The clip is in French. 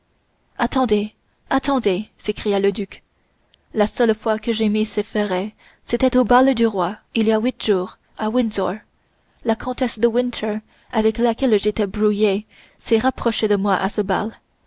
attendez attendez s'écria le duc la seule fois que j'ai mis ces ferrets c'était au bal du roi il y a huit jours à windsor la comtesse de winter avec laquelle j'étais brouillé s'est rapprochée de moi à ce bal